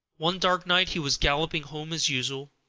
one dark night he was galloping home as usual,